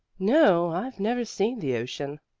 no, i've never seen the ocean.